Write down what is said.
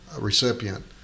recipient